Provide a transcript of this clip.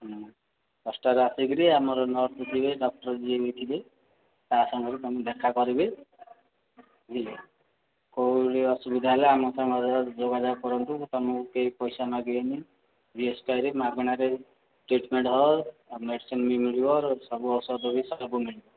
ଦଶଟାରେ ଆସିକିରି ଆମର ନର୍ସ ଥିବେ ଡ଼କ୍ଟର୍ ଯିଏ ବି ଥିବେ ତା ସାଙ୍ଗରେ ତମେ ଦେଖା କରିବେ ବୁଝିଲେ କେଉଁଠି ଅସୁବିଧା ହେଲେ ଆମ ସାଙ୍ଗରେ ଯୋଗାଯୋଗ କରନ୍ତୁ ତମକୁ କେହି ପଇସା ମାଗିବେନି ବିଏସ୍କେୱାଇରେ ମାଗଣାରେ ଟ୍ରିଟ୍ମେଣ୍ଟ୍ ହେବ ଆଉ ମେଡ଼ିସିନ୍ ବି ମିଳିବ ସବୁ ଔଷଧ ବି ସବୁ ମିଳିବ